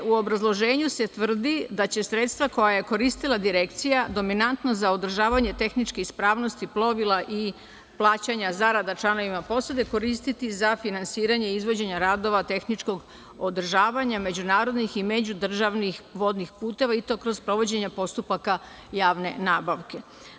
U obrazloženju se tvrdi da će sredstva koja je koristila Direkcija dominantna za održavanje tehničke ispravnosti plovila i plaćanja zarada članovima posade koristiti za finansiranje i izvođenje radova tehničkog održavanja međunarodnih i međudržavnih vodnih puteva i to kroz sprovođenje postupaka javne nabavke.